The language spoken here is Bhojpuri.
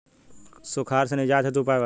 सुखार से निजात हेतु उपाय बताई?